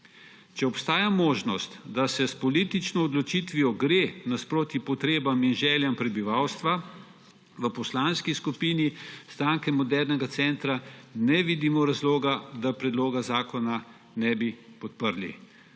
Če obstaja možnost, da se s politično odločitvijo gre naproti potrebam in željam prebivalstva, v Poslanski skupini Stranke modernega centra ne vidimo razloga, da predloga zakona ne bi podprli.